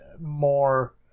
more